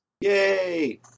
Yay